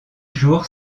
jours